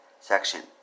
Section